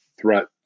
threat